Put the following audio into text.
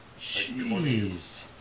Jeez